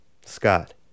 Scott